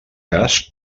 cas